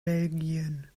belgien